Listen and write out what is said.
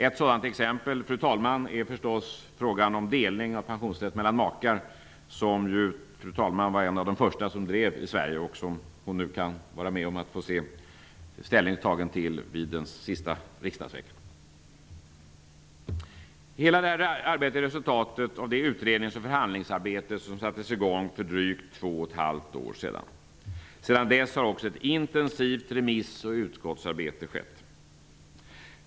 Ett exempel, fru talman, är frågan om delning av pensionsrätt mellan makar, vilket fru talmannen var en av de första som drev i Sverige. Fru talmannen kan nu få vara med om att se riksdagen ta ställning till detta den sista riksdagsveckan. Det föreliggande förslaget är resultatet av det utrednings och förhandlingsarbete som sattes i gång för drygt två och ett halvt år sedan. Sedan dess har också ett intensivt remiss och utskottsarbete skett.